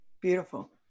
Beautiful